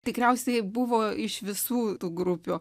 tikriausiai buvo iš visų grupių